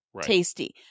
Tasty